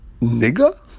nigger